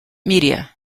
media